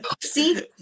See